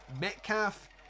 Metcalf